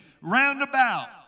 roundabout